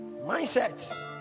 Mindsets